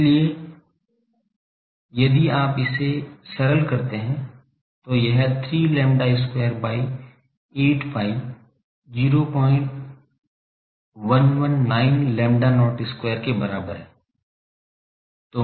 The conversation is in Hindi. इसलिए यदि आप इसे सरल करते हैं तो यह 3 lambda square by 8 pi 0119 lambda not square के बराबर है